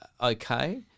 okay